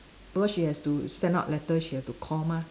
because she has to send out letter she have to call mah